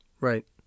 Right